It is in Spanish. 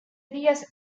días